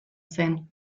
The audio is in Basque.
zen